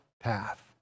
path